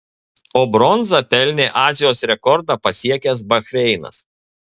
o bronzą pelnė azijos rekordą pasiekęs bahreinas